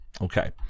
Okay